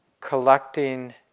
collecting